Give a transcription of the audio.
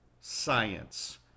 science